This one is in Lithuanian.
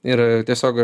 ir tiesiog